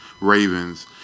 Ravens